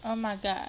oh my god